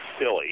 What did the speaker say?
silly